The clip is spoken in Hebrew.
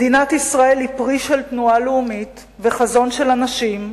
מדינת ישראל היא פרי של תנועה לאומית וחזון של אנשים,